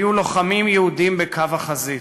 היו לוחמים יהודים בקו החזית.